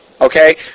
Okay